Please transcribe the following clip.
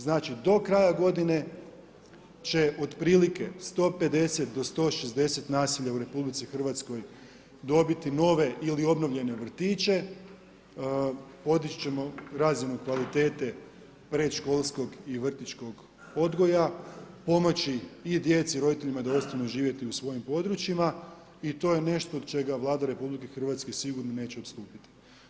Znači do kraja godine, će otprilike 150-160 naselja u RH dobiti nove ili obnovljene vrtiće, voditi ćemo razine kvalitete predškolskog i vrtićkog odgoja, pomoći i djeci i roditeljima da ostaju živjeti u svojim područjima i to je nešto od čega Vlada RH, sigurno neće osnovati.